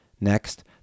Next